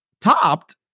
topped